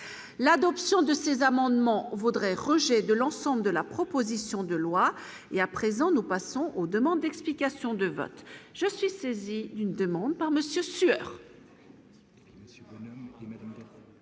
l'adoption de ces amendements vaudrait rejet de l'ensemble de la proposition de loi et à présent nous passons aux demandes. Et puis, question de vote je suis saisi d'une demande par monsieur